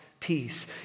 peace